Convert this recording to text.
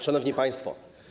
Szanowni Państwo!